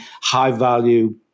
high-value